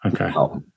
Okay